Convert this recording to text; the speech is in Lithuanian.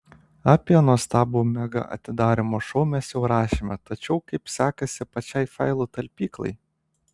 apie nuostabų mega atidarymo šou mes jau rašėme tačiau kaip sekasi pačiai failų talpyklai